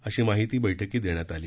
अशी माहिती बैठकीत देण्यात आली